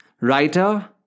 writer